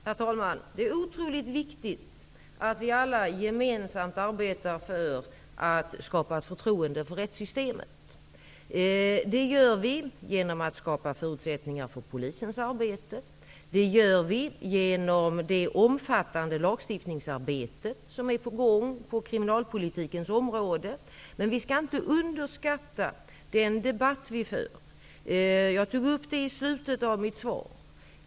Herr talman! Det är otroligt viktigt att vi alla gemensamt arbetar för att skapa ett förtroende för rättssystemet. Det gör vi genom att skapa förutsättningar för polisens arbete och genom det omfattande lagstiftningsarbete som är på gång på kriminalpolitikens område. Men vi skall inte underskatta den debatt som förs -- jag tog upp det i slutet av mitt svar.